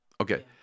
Okay